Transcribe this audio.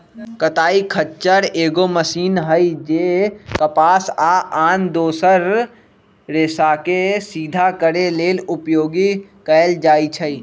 कताइ खच्चर एगो मशीन हइ जे कपास आ आन दोसर रेशाके सिधा करे लेल उपयोग कएल जाइछइ